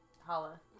holla